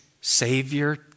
Savior